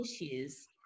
issues